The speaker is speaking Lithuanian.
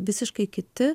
visiškai kiti